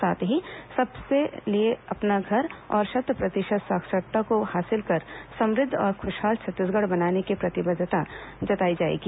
साथ ही सबसे लिए अपना घर और शत प्रतिशत साक्षरता दर को हासिल कर समृद्ध और खूशहाल छत्तीसगढ़ बनाने की प्रतिबद्धता जताई जाएगी